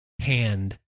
hand